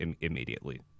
immediately